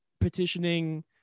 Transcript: petitioning